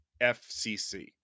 FCC